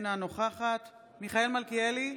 אינה נוכחת מיכאל מלכיאלי,